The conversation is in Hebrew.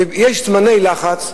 ויש זמני לחץ,